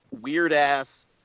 weird-ass